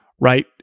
right